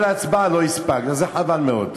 לצערי, לחברים שלך אין ייצוג בוועדה למעמד האישה.